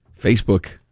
Facebook